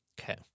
Okay